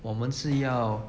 我们是要